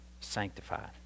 sanctified